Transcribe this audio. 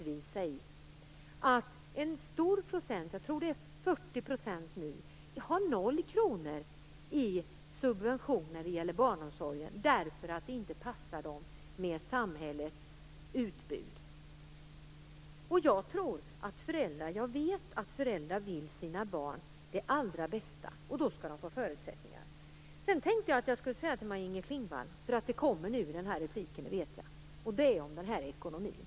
Vad finns det för rättvisa i att ca 40 % har noll kronor i subvention när det gäller barnomsorg på grund av att samhällets utbud av barnomsorg inte passar familjerna. Och jag vet att föräldrarna vill sina barns bästa, och då skall de få förutsättningar för det. Sedan skall jag säga en sak till Maj-Inger Klingvall, eftersom jag vet vad hon kommer att säga när det gäller ekonomin.